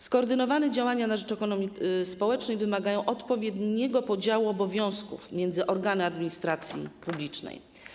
Skoordynowane działania na rzecz ekonomii społecznej wymagają odpowiedniego podziału obowiązków między organy administracji publicznej.